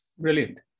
Brilliant